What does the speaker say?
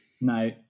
No